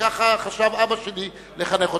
כך חשב אבא שלי לחנך אותי,